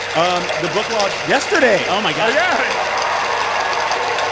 um the book launched yesterday oh, my god oh, yeah ah i